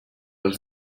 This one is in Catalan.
els